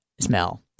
smell